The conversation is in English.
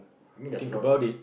I mean there's a lot of